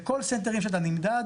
בכל סנטר יש את הנמדד,